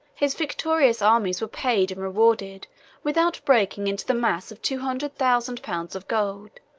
his victorious armies were paid and rewarded without breaking into the mass of two hundred thousand pounds of gold,